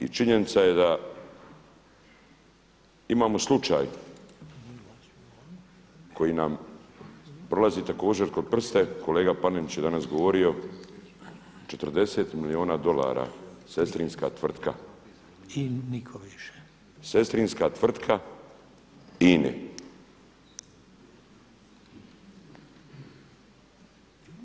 I činjenica je da imamo slučaj koji nam prolazi također kroz prste, kolega Panenić je danas govorio, 40 milijuna dolara sestrinska tvrtka, sestrinska tvrtka INA-e.